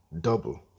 double